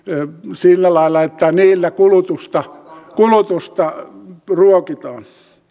sillä lailla että niillä kulutusta kulutusta ruokitaan